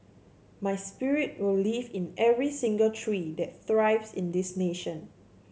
my spirit will live in every single tree that thrives in this nation